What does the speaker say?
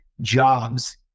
jobs